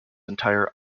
entire